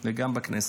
גם בכנסת.